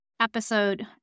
episode